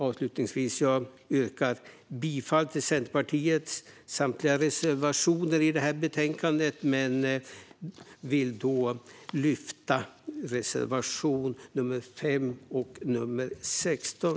Avslutningsvis ställer jag mig bakom Centerpartiets samtliga reservationer i betänkandet men yrkar bifall bara till reservationerna 5 och 16.